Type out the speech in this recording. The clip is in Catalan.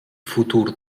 futur